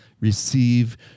receive